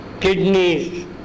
kidneys